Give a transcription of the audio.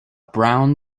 brown